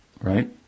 right